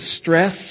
stress